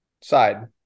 side –